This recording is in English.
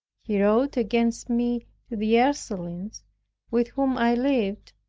he wrote against me to the ursulines with whom i lived,